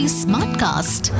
smartcast